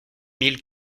mille